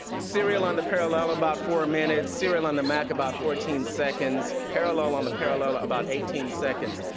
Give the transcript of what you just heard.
serial on the parallella, about four minutes, serial on the mac, about fourteen seconds, parallel on the parallella, about eighteen seconds.